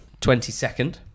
22nd